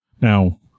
Now